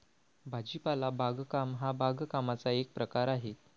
भाजीपाला बागकाम हा बागकामाचा एक प्रकार आहे